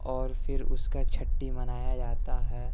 اور پھر اس کا چھٹّی منایا جاتا ہے